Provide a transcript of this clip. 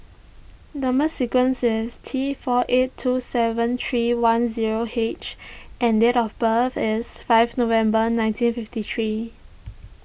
Number Sequence is T four eight two seven three one zero H and date of birth is five November nineteen fifty three